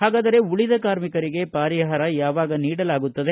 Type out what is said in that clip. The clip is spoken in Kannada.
ಹಾಗಾದರೆ ಉಳಿದ ಕಾರ್ಮಿಕರಿಗೆ ಪರಿಹಾರ ಯಾವಾಗ ನೀಡಲಾಗುತ್ತದೆ